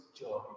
joy